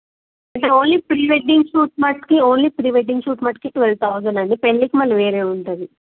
అంటే only pre wedding shoot మట్టుక్కి only pre wedding shoot మట్టుక్కి ట్వేల్వ్ థౌజండ్ అండి పెళ్ళికి మళ్ళీ వేరే ఉంటుంది